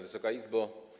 Wysoka Izbo!